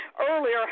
earlier